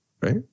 Right